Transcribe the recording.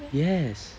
yes